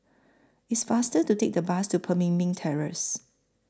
IT IS faster to Take The Bus to Pemimpin Terrace